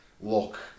look